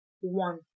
one